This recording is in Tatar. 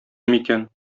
микән